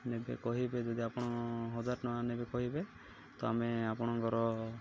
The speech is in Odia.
ନେବେ କହିବେ ଯଦି ଆପଣ ହଜାର ଟଙ୍କା ନେବେ କହିବେ ତ ଆମେ ଆପଣଙ୍କର